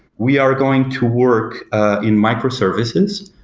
we are going to work in micro-services.